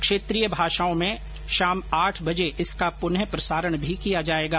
क्षेत्रीय भाषाओं में शाम आठ बजे इसका पुनः प्रसारण भी किया जाएगा